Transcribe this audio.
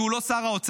כי הוא לא שר האוצר.